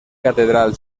catedral